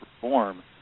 perform